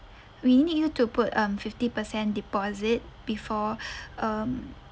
we need you to put um fifty percent deposit before um